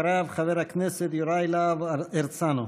אחריו, חבר הכנסת יוראי להב הרצנו.